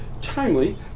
timely